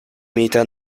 meter